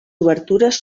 obertures